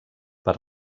per